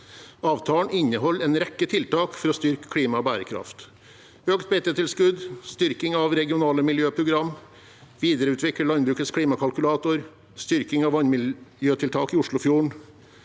Avtalen inneholder en rekke tiltak for å styrke klima og bærekraft. Økt beitetilskudd, styrking av regionale miljøprogram, videreutvikling av landbrukets klimakalkulator, styrking av vannmiljøtiltak i Oslofjorden,